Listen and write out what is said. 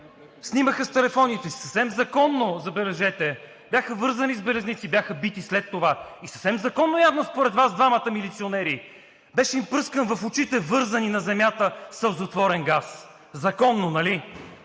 снимаха с телефоните си. Съвсем законно, забележете, бяха вързани с белезници, бяха бити след това. И съвсем законно, явно според Вас двамата милиционери, им беше пръскан в очите, вързани на земята, сълзотворен газ. Законно нали?!